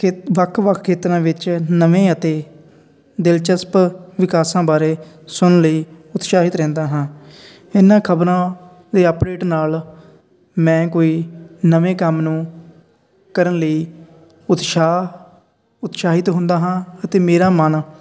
ਖੇ ਵੱਖ ਵੱਖ ਖੇਤਰਾਂ ਵਿੱਚ ਨਵੇਂ ਅਤੇ ਦਿਲਚਸਪ ਵਿਕਾਸਾਂ ਬਾਰੇ ਸੁਣ ਲਈ ਉਤਸਾਹਿਤ ਰਹਿੰਦਾ ਹਾਂ ਇਹਨਾਂ ਖਬਰਾਂ ਦੇ ਅਪਡੇਟ ਨਾਲ ਮੈਂ ਕੋਈ ਨਵੇਂ ਕੰਮ ਨੂੰ ਕਰਨ ਲਈ ਉਤਸਾਹ ਉਤਸਾਹਿਤ ਹੁੰਦਾ ਹਾਂ ਅਤੇ ਮੇਰਾ ਮਨ